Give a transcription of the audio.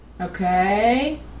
Okay